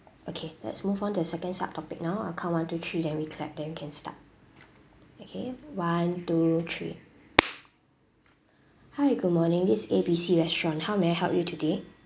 okay let's move on to the second sub topic now I count one two three then we clap then we can start okay one two three hi good morning this is A B C restaurant how may I help you today